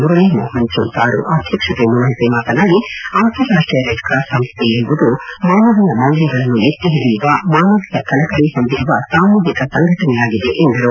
ಮುರಳಿ ಮೋಹನ್ ಚೂಂತಾರು ಅಧ್ಯಕ್ಷತೆಯನ್ನು ವಹಿಸಿ ಮಾತನಾಡಿ ಅಂತಾರಾಷ್ಷೀಯ ರೆಡ್ ಕ್ರಾಸ್ ಸಂಸ್ವೆ ಎಂಬುದು ಮಾನವೀಯ ಮೌಲ್ವಗಳನ್ನು ಎತ್ತಿ ಹಿಡಿಯುವ ಮಾನವೀಯ ಕಳಕಳ ಹೊಂದಿರುವ ಸಾಮೂಹಿಕ ಸಂಘಟನೆಯಾಗಿದೆ ಎಂದರು